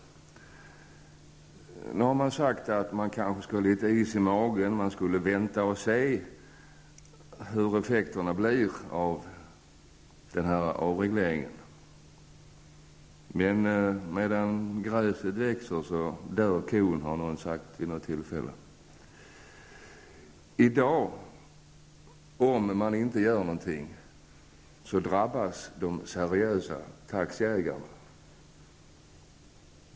Det har sagts att man kanske skall ha litet is i magen, att man skall vänta och se vilka effekter som avregleringen får. Men -- som det brukar sägas medan gräset gror, dör kon. Om man inte gör någonting i dag, drabbas de seriösa taxiägarna.